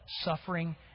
suffering